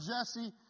Jesse